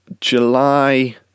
July